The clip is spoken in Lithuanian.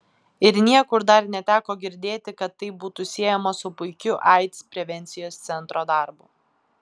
ir niekur dar neteko girdėti kad tai būtų siejama su puikiu aids prevencijos centro darbu